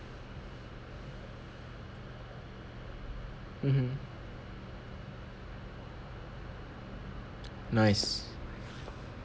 mmhmm nice